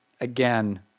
again